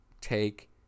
take